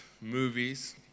movies